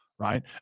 Right